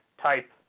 type